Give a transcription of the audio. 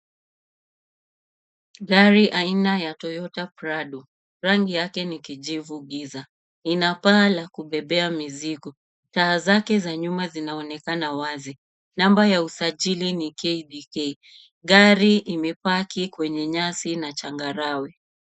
Gari ya aina ya Toyota Prado, rangi yake ni kijivu giza, ina paa la kubebea mizigo. Taa zake za nyuma zinaonekana wazi, namba ya usajili ni KBK. Gari imebaki kwenye nyasi na changarawe.